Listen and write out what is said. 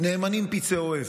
נאמנים פצעי אוהב.